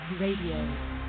Radio